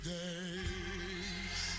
days